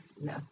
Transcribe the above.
no